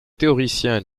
théoricien